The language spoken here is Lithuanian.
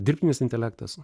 dirbtinis intelektas